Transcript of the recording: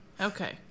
Okay